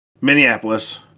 Minneapolis